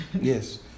yes